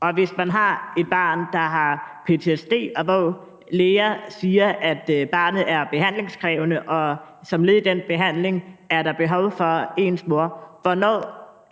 og hvis man har et barn, der har ptsd, og hvor læger siger, at barnet er behandlingskrævende, og at barnet som led i den behandling har behov for sin mor, hvornår